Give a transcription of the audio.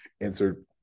answered